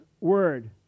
Word